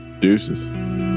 Deuces